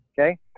Okay